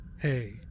Hey